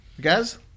Guys